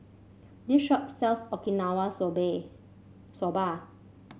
this shop sells Okinawa Soba